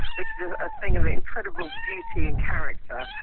which is a thing of incredible beauty and character.